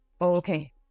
Okay